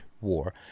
war